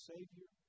Savior